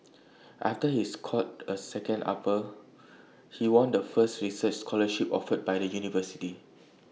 after he scored A second upper he won the first research scholarship offered by the university